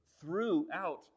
throughout